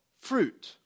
fruit